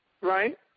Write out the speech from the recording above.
right